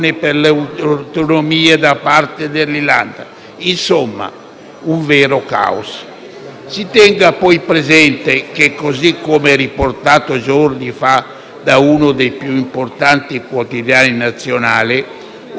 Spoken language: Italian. un vero caos.